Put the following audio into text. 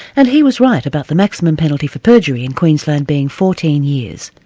and he was right about the maximum penalty for perjury in queensland being fourteen years.